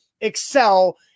excel